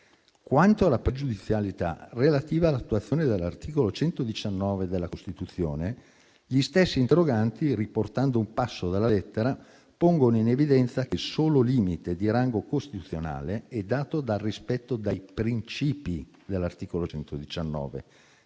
Quanto alla pregiudizialità relativa all'attuazione dell'articolo 119 della Costituzione, gli stessi interroganti, riportando un passo della lettera, pongono in evidenza che il solo limite di rango costituzionale è dato dal rispetto dei princìpi dell'articolo 119,